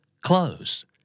Close